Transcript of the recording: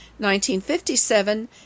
1957